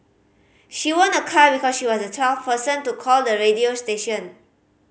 she won a car because she was the twelfth person to call the radio station